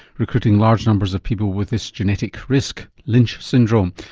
recruiting large numbers of people with this genetic risk lynch syndrome.